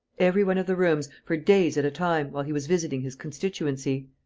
every one of the rooms, for days at a time, while he was visiting his constituency.